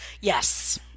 Yes